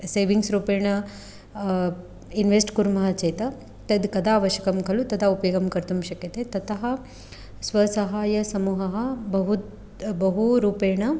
savings रूपेण invest कुर्मः चेत् तद् कदा आवश्यकं खलु तदा उपयोगं कर्तुं शक्यते ततः स्वसहायसमूहः बहु बहुरूपेण